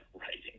writing